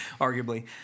arguably